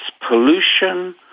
pollution